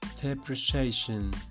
depreciation